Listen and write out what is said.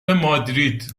مادرید